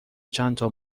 چندتا